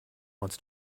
once